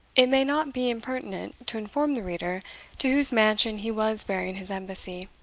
it may not be impertinent to inform the reader to whose mansion he was bearing his embassy.